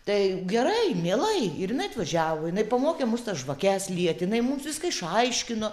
tai gerai mielai ir jinai atvažiavo jinai pamokė mus tas žvakes lieti jinai mums viską išaiškino